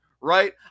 right